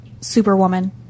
Superwoman